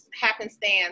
happenstance